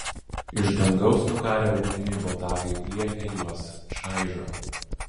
iš dangaus nukarę ugniniai botagai pliekia juos čaižo